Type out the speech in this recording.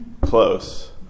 Close